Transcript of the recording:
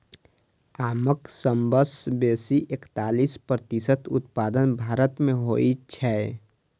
आमक सबसं बेसी एकतालीस प्रतिशत उत्पादन भारत मे होइ छै